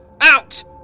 Out